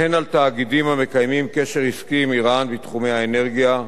והן על תאגידים המקיימים קשר עסקי עם אירן בתחומי האנרגיה,